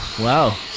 Wow